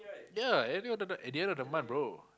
yea at the end of the month at the end of the month bro